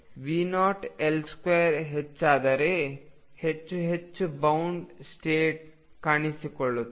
V0L2 ಹೆಚ್ಚಾದರೆ ಹೆಚ್ಚು ಹೆಚ್ಚು ಬೌಂಡ್ ಸ್ಟೇಟ್ ಕಾಣಿಸಿಕೊಳ್ಳುತ್ತದೆ